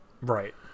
Right